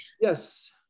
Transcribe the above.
Yes